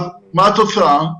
מה התוצאה?